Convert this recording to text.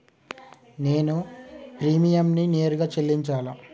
నేను ప్రీమియంని నేరుగా చెల్లించాలా?